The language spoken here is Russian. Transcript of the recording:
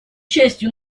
частью